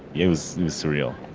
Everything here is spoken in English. it was surreal.